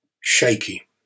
shaky